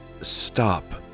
stop